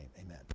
Amen